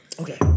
Okay